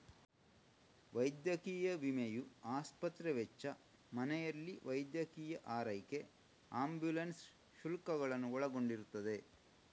ವೈದ್ಯಕೀಯ ವಿಮೆಯು ಆಸ್ಪತ್ರೆ ವೆಚ್ಚ, ಮನೆಯಲ್ಲಿ ವೈದ್ಯಕೀಯ ಆರೈಕೆ ಆಂಬ್ಯುಲೆನ್ಸ್ ಶುಲ್ಕಗಳನ್ನು ಒಳಗೊಂಡಿರುತ್ತದೆ